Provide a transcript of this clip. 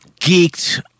Geeked